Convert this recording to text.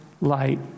light